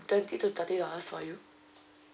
twenty to thirty dollars for you